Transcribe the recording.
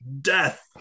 death